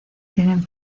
tienen